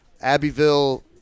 Abbeville